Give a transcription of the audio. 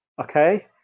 Okay